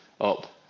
up